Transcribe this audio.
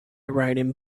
writing